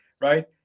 right